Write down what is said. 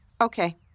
Okay